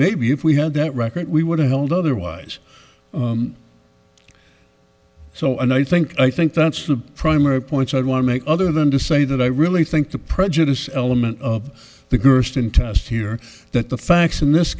maybe if we had that record we would have held otherwise so and i think i think that's the primary point i'd want to make other than to say that i really think the prejudiced element of the gersten test here that the facts in this